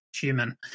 human